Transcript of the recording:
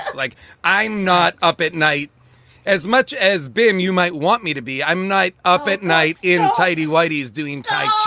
like i'm not up at night as much as been you might want me to be. i'm night up at night in tidy whiteys doing taishi.